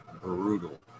brutal